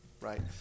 right